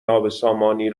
نابسامانی